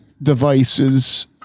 devices